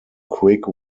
quick